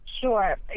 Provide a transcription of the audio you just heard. Sure